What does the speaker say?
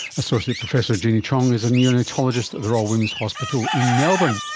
associate professor jeanie cheong is a neonatologist at the royal women's hospital in melbourne